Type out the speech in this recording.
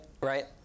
right